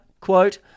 Quote